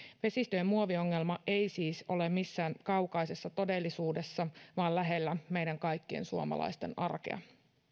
vesistöjen muoviongelma ei siis ole missään kaukaisessa todellisuudessa vaan lähellä meidän kaikkien suomalaisten arkea